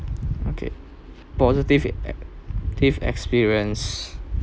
okay positive ex~ experience